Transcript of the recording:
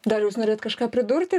dariau jūs norėjot kažką pridurti